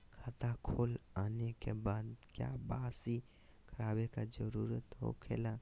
खाता खोल आने के बाद क्या बासी करावे का जरूरी हो खेला?